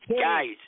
guys